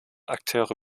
akteure